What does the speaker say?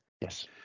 Yes